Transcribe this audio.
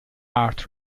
art